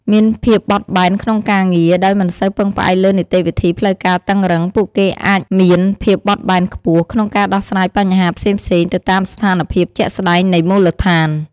មានភាពបត់បែនក្នុងការងារ ដោយមិនសូវពឹងផ្អែកលើនីតិវិធីផ្លូវការតឹងរ៉ឹង ពួកគេអាចមាន ភាពបត់បែនខ្ពស់ ក្នុងការដោះស្រាយបញ្ហាផ្សេងៗទៅតាមស្ថានភាពជាក់ស្តែងនៃមូលដ្ឋាន។